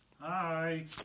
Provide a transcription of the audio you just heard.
Hi